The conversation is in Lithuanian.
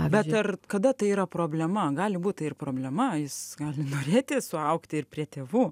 bet ar kada tai yra problema gali būt tai ir problema jis gali norėti suaugti ir prie tėvų